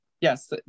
yes